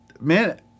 Man